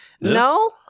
No